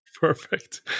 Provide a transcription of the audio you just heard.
Perfect